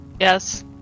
Yes